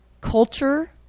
Culture